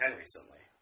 recently